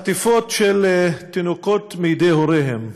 חטיפות של תינוקות מידי הוריהם,